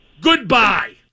Goodbye